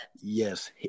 Yes